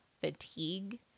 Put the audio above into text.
fatigue